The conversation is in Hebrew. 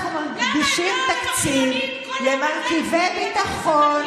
שום מרכיבי ביטחון.